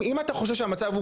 אם אתה חושב שהמצב הוא